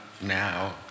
now